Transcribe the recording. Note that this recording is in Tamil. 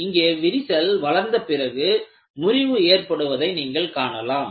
இங்கே விரிசல் வளர்ந்த பிறகு முறிவு ஏற்படுவதை நீங்கள் காணலாம்